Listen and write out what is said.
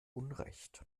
unrecht